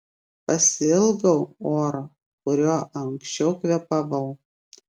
pasiilgau oro kuriuo anksčiau kvėpavau